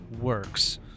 works